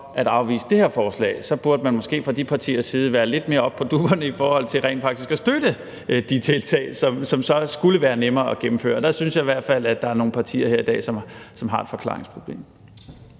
at afvise det her forslag, burde man måske fra de partiers side være lidt mere oppe på dupperne i forhold til rent faktisk at støtte de tiltag, som så skulle være nemmere at gennemføre, og der synes jeg i hvert fald, at der er nogle partier her i dag, som har et forklaringsproblem.